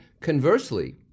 conversely